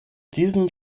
diesem